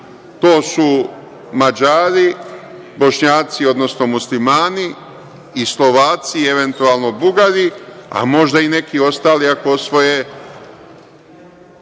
to su Mađari, Bošnjaci, odnosno Muslimani i Slovaci i eventualno Bugar, a možda i neki ostali ako osvoje